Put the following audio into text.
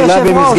כיושב-ראש.